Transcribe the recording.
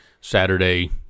Saturday